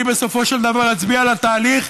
אני בסופו של דבר אצביע על התהליך.